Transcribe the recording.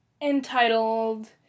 entitled